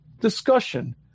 discussion